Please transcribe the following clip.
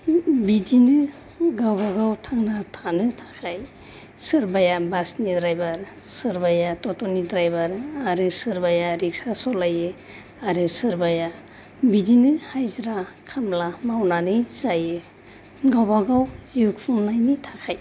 बिदिनो गावबागाव थांना थानो थाखाय सोरबाया बास नि द्राइभार सोरबाया तत' नि द्राइभार आरो सोरबाया रिक्सा सलायो आरो सोरबाया बिदिनो हाजिरा खामला मावनानै जायो गाबागाव जिउ खुंनायनि थाखाय